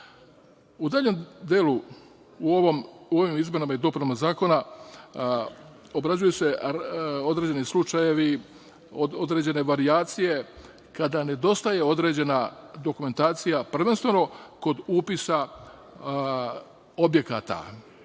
daljem delu u ovim izmenama i dopunama zakona obrađuju se određeni slučajevi, određene varijacije kada nedostaje određena dokumentacija, prvenstveno kod upisa objekata,